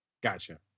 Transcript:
Gotcha